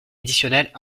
additionnels